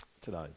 today